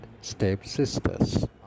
stepsisters